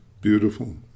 Beautiful